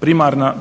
primarna,